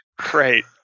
Great